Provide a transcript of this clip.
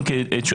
בפועל.